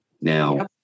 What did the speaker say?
Now